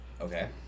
Okay